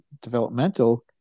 developmental